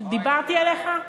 דיברתי אליך?